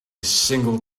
single